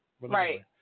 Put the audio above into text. right